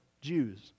Jews